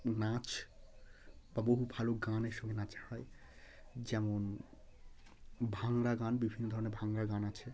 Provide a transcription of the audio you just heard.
নাচ বা বহু ভালো গানের সঙ্গে নাচা হয় যেমন ভাংরা গান বিভিন্ন ধরনের ভাংরা গান আছে